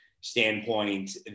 standpoint